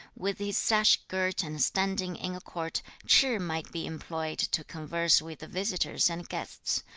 with his sash girt and standing in a court, ch'ih might be employed to converse with the visitors and guests,